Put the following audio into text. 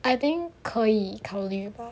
I think 可以考虑吧